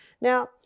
Now